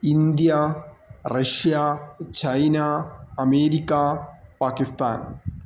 India Russia China America Pakistan